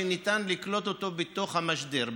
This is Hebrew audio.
שניתן לקלוט אותו בתוך המשדר,